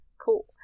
Cool